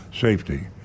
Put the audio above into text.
safety